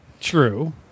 true